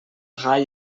drei